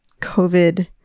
COVID